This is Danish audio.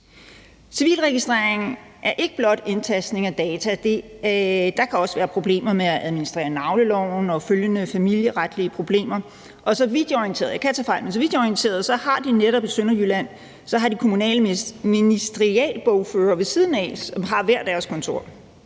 Civileregistrering er ikke blot indtastning af data. Der kan også være problemer med at administrere navneloven og deraf følgende familieretlige problemer. Så vidt jeg er orienteret – jeg kan tage fejl – har de netop i Sønderjylland kommunale ministerialbogfører ved siden af, som har hver deres kontor.